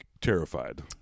terrified